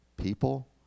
People